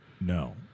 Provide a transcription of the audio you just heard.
No